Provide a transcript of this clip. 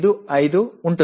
355 ஆகும்